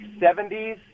70s